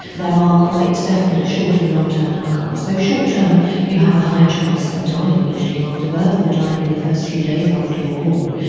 there are quite definite short and long term outcomes. so short term you have a higher chance of dying immediately after birth or dying in the first few days after you are born.